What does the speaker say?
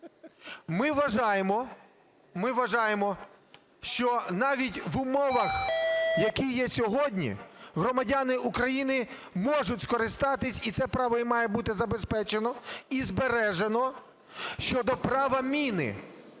Ми вважаємо, що навіть в умовах, які є сьогодні, громадяни України можуть скористатись, і це право їм має бути забезпечено, і збережено щодо права міни.